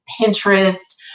Pinterest